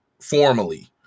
formally